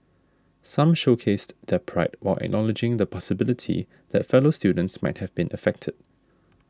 some showcased their pride while acknowledging the possibility that fellow students might have been affected